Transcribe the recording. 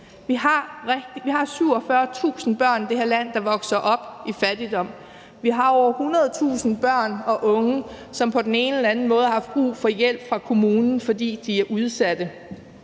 Vi har 47.000 børn i det her land, der vokser op i fattigdom. Vi har over 100.000 børn og unge, som på den ene eller anden måde har brug for hjælp fra kommunen, fordi de er udsatte.